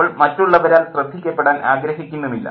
അവൾ മറ്റുള്ളവരാൽ ശ്രദ്ധിക്കപ്പെടാൻ ആഗ്രഹിക്കുന്നുമില്ല